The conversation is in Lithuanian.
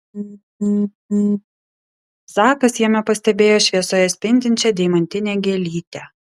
zakas jame pastebėjo šviesoje spindinčią deimantinę gėlytę